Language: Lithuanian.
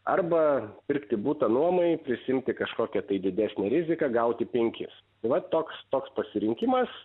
arba pirkti butą nuomai prisiimti kažkokią tai didesnę riziką gauti penkis va toks toks pasirinkimas